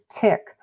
tick